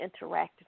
interacted